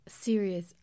serious